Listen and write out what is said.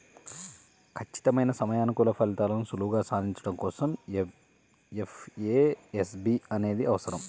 ఖచ్చితమైన సమయానుకూల ఫలితాలను సులువుగా సాధించడం కోసం ఎఫ్ఏఎస్బి అనేది అవసరం